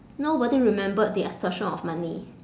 nobody remembered the extortion of money